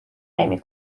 نمی